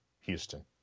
Houston